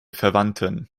verwandten